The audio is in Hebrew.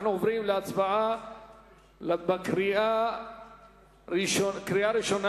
אנחנו עוברים להצבעה בקריאה ראשונה